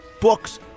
books